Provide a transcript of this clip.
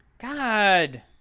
God